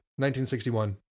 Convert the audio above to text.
1961